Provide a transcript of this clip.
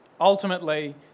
Ultimately